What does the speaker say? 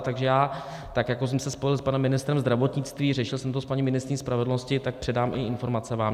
Takže já, jako jsem se spojil s panem ministrem zdravotnictví, řešil jsem to s paní ministryní spravedlnosti, tak předám i informace vám.